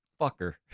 fucker